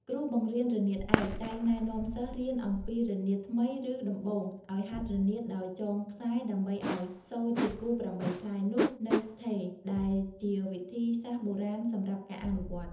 គ្រូបង្រៀនរនាតឯកតែងណែនាំសិស្សរៀនអំពីរនាតថ្មីឬដំបូងឲ្យហាត់រនាតដោយចងខ្សែ ដើម្បីឲ្យសូរជាគូ៨ផ្លែនោះនៅស្ថេរដែលជាវិធីសាស្ត្របុរាណសម្រាប់ការអនុវត្ត។